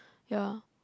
ya